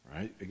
Right